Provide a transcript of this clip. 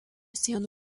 sienų